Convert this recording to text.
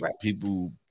people